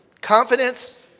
Confidence